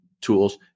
tools